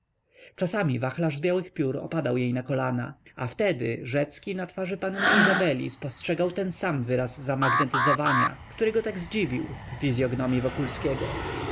czasami wachlarz z białych piór opadał jej na kolana a wtedy rzecki na twarzy panny izabeli spostrzegał ten sam wyraz zamagnetyzowania który go tak zdziwił w fizyognomii wokulskiego